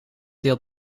deelt